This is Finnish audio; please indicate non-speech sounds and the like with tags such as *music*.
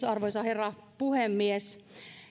*unintelligible* arvoisa herra puhemies